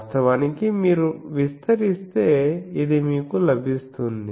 వాస్తవానికి మీరు విస్తరిస్తే ఇది మీకు లభిస్తుంది